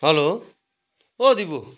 hello ओ दिपु